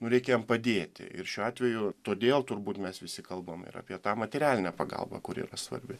nu reikia jam padėti ir šiuo atveju todėl turbūt mes visi kalbam ir apie tą materialinę pagalbą kuri yra svarbi